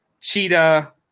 Cheetah